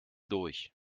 durch